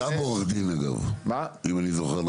הוא גם עורך דין, אגב, אם אני זוכר נכון.